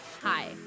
Hi